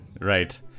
Right